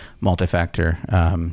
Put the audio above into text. multi-factor